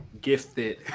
gifted